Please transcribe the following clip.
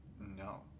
No